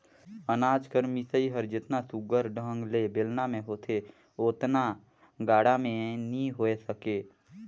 अनाज कर मिसई हर जेतना सुग्घर ढंग ले बेलना मे होथे ओतना गाड़ा मे नी होए सके